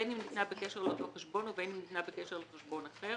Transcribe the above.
בין אם ניתנה בקשר לאותו חשבון ובין אם ניתנה בקשר לחשבון אחר,